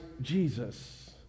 Jesus